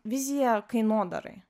vizija kainodarai